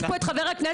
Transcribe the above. יש פה את חבר הכנסת,